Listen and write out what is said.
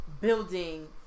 Building